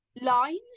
Lines